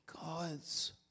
God's